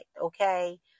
okay